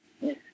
yes